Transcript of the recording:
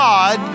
God